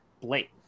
Blake